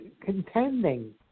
contending